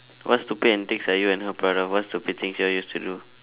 what stupid antics are you and her part of what stupid things you all used to do